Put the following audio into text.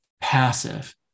passive